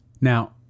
Now